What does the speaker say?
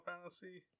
Fantasy